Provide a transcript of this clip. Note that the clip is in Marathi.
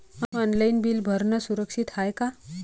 ऑनलाईन बिल भरनं सुरक्षित हाय का?